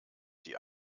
die